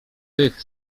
tych